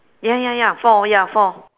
ya ya ya four ya four